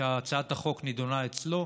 שהצעת החוק נדונה אצלו.